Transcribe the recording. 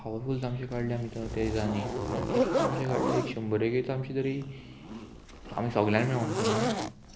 powerful तामशे काडले आमी त्या दिसांनी कितले तामशे काडल्या एक शंबरेक तामशे तरी आमी सोगल्यान मेळोन पूण आं